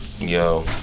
Yo